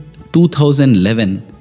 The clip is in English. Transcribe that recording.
2011